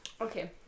okay